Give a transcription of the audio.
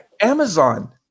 Amazon